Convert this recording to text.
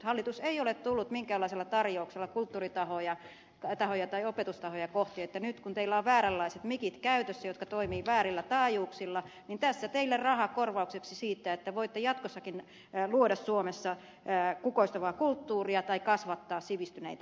hallitus ei ole tullut minkäänlaisella tarjouksella kulttuuritahoja tai opetustahoja kohti että nyt kun teillä on vääränlaiset mikit käytössä jotka toimivat väärillä taajuuksilla niin tässä teille rahaa korvaukseksi niin että voitte jatkossakin luoda suomessa kukoistavaa kulttuuria tai kasvattaa sivistyneitä ihmisiä